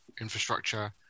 infrastructure